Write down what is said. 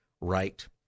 right